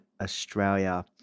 Australia